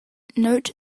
note